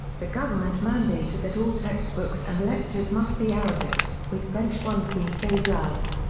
the government mandated that all textbooks and lectures must be arabic, with french ones being phased out.